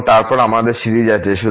এবং তারপর আমাদের সিরিজ আছে